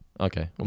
Okay